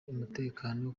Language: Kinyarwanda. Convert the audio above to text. umutekano